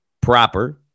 Proper